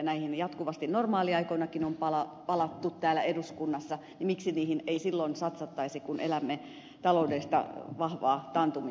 kun näihin jatkuvasti normaaliaikoinakin on palattu täällä eduskunnassa niin miksi niihin ei silloin satsattaisi kun elämme taloudellisesti vahvaa taantuman aikaa